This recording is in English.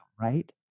right